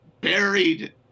buried